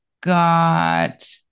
got